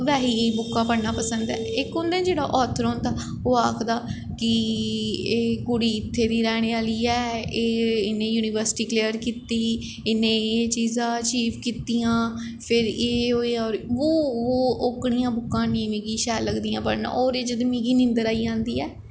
बैही बुक्कां पढ़ना पसंद ऐ इक होंदा ना जेह्ड़ा ऑथर होंदा ओह् आखदा कि एह् कुड़ी इत्थें दी रैह्ने आह्ली ऐ एह् इ'नें युनिवर्सिटी क्लियर कीती इ'नें एह् चीज़ां अचीव कीतियां फिर एह् होएआ होर बो बो ओह्कड़ियां बुक्कां निं मिगी शैल लगदियां पढ़ना ओह्दे च ते मिगी नीन्दर आई जंदी ऐ